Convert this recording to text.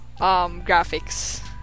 graphics